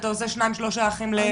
אתה עושה שניים-שלושה אחים לנופל,